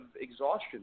exhaustion